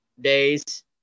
days